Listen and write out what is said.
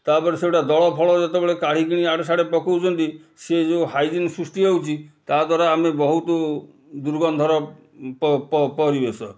ତା'ପରେ ସେଗୁଡ଼ା ଦଳ ଫଳ ଯେତେବେଳେ କାଢ଼ିକରି ଆଡ଼େ ସାଡ଼େ ପକାଉଛନ୍ତି ସିଏ ଯେଉଁ ହାଇଜିନ୍ ସୃଷ୍ଟି ହେଉଛି ତା ଦ୍ଵାରା ଆମେ ବହୁତ ଦୁର୍ଗନ୍ଧର ପରିବେଶ